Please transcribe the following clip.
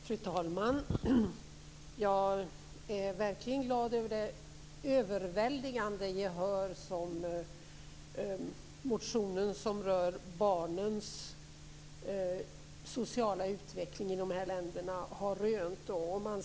Fru talman! Jag är verkligen glad över det överväldigande gehör som motionen om barnens sociala utveckling i de här länderna har rönt.